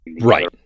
Right